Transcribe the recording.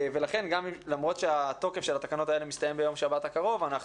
שלמרות שתוקף התקנות האלה מסתיים בשבת הקרובה,